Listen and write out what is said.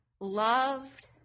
loved